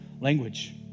language